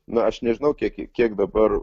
na aš nežinau kiek kiek dabar